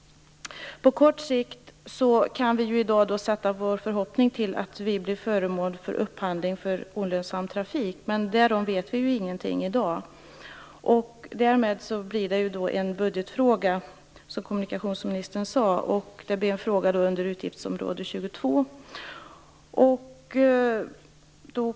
På kort sikt kan vi i dag sätta vår förhoppning till att banan blir föremål för upphandling av olönsam trafik, men därom vet vi ingenting i dag. Därmed blir detta en budgetfråga, som kommunikationsministern sade. Det blir en fråga under utgiftsområde 22.